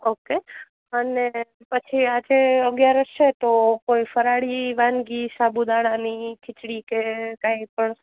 okay અને પછી આજે અગિયારસ છે તો કોઈ ફરાળી વાનગી સાબુદાણાની ખિચડી કે કાઇ પણ